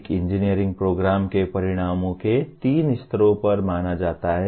एक engineering programme के परिणामों को तीन स्तरों पर माना जाता है